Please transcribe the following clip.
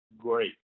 Great